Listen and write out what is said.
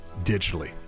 digitally